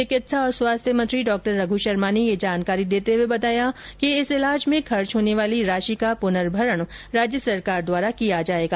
चिकित्सा और स्वास्थ्य मेंत्री डॉ रघु शर्मा ने ये जानकारी देते हुए बताया कि इस इलाज में खर्च होने वाली राशि का पुनर्भरण राज्य सरकार द्वारा किया जाएगा